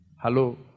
Hello